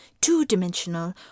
two-dimensional